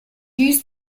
dues